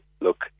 Look